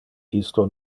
isto